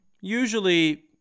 Usually